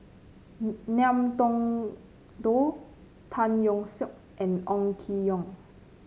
Ngiam Tong Dow Tan Yeok Seong and Ong Keng Yong